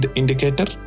indicator